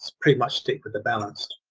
pretty much, stick with the balanced.